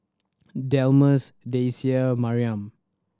Delmus Daisye Maryam